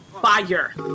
Fire